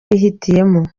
bihitiyemo